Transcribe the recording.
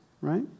right